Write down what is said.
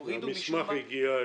שהורידו משום מה --- המסמך הגיע אליכם,